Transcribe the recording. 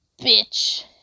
bitch